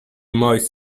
moist